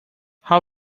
how